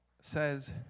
says